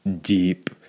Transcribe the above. deep